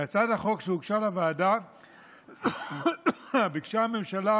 בהצעת החוק שהוגשה לוועדה ביקשה הממשלה